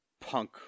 punk